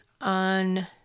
on